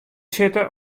sitte